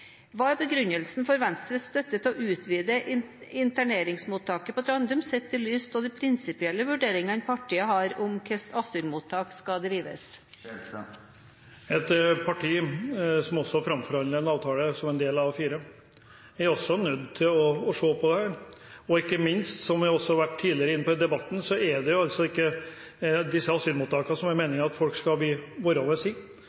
Hva er begrunnelsen for Venstres støtte til å utvide interneringsmottaket på Trandum, sett i lys av de prinsipielle vurderingene partiet har om hvordan asylmottak skal drives? Et parti som framforhandler en avtale som en del av fire, er også nødt til å se på det, og ikke minst – som jeg også har vært inne på tidligere i debatten – er det altså ikke disse asylmottakene som det er